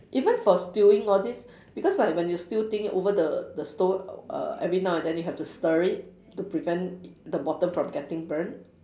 even for stewing all this because like when you stew thing over the the stove uh every now and then you have to stir it to prevent the bottom from getting burnt